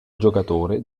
giocatore